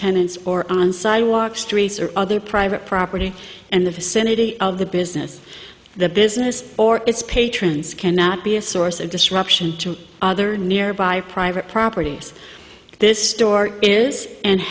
tenants or on sidewalks streets or other property and the vicinity of the business the business or its patrons cannot be a source of disruption to other nearby private properties this store is and